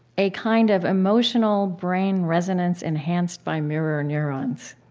a kind of emotional-brain resonance enhanced by mirror neurons,